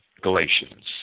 Galatians